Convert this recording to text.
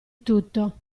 tutto